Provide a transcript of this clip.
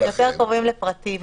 הם יותר קרובים לפרטי.